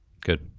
good